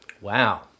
Wow